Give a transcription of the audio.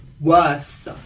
worse